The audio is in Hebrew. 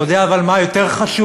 אתה יודע אבל מה יותר חשוב?